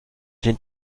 den